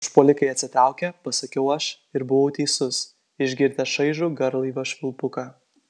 užpuolikai atsitraukė pasakiau aš ir buvau teisus išgirdę šaižų garlaivio švilpuką